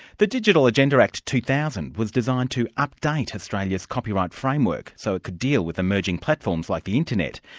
the digital agenda act two thousand was designed to update australia's copyright framework, so it could deal with emerging platforms like the internet.